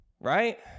Right